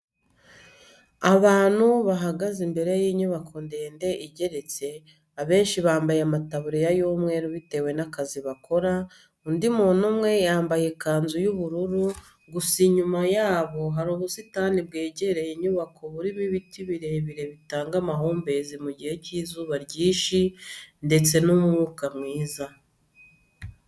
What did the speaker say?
Abantu bahagaze imbere y'inyubako ndende igeretse, abenshi bambaye amataburiya y'umweru bitewe n'akazi bakora, undi muntu umwe yambaye ikanzu y'ubururu gusa, inyuma yabo hari ubusitani bwegereye inyubako burimo ibiti birebire bitanga amahumbezi mu gihe cy'izuba ryinshi ndetse n'umwuka mwiza.